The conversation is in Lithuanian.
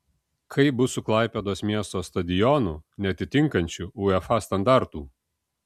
kaip bus su klaipėdos miesto stadionu neatitinkančiu uefa standartų